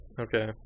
Okay